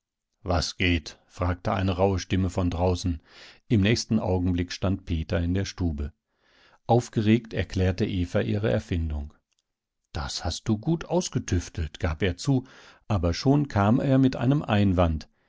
was geht fragte eine rauhe stimme von draußen im nächsten augenblick stand peter in der stube aufgeregt erklärte eva ihre erfindung das hast du gut ausgetüftelt gab er zu aber schon kam er mit einem einwand